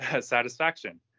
satisfaction